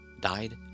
died